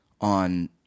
on